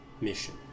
mission